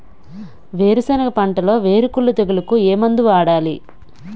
వేరుసెనగ పంటలో వేరుకుళ్ళు తెగులుకు ఏ మందు వాడాలి?